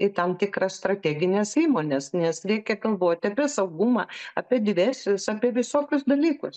į tam tikras strategines įmones nes reikia galvoti apie saugumą apie diversijas apie visokius dalykus